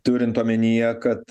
turint omenyje kad